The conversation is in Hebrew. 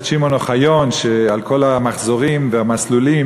שמעון אוחיון על כל המחזורים והמסלולים,